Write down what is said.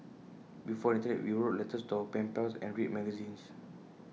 before the Internet we wrote letters to our pen pals and read magazines